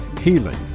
healing